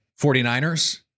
49ers